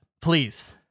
Please